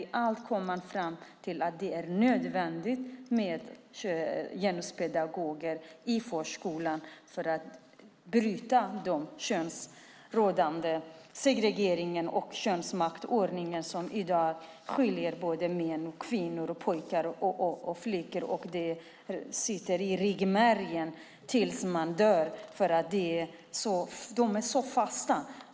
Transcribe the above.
I alla kom man fram till att det är nödvändigt med genuspedagoger i förskolan för att bryta rådande könssegregering och könsmaktsordning som i dag skiljer såväl män och kvinnor som pojkar och flickor åt. Det här sitter i ryggmärgen ända tills man dör. Normerna ligger så fast.